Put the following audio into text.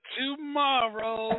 tomorrow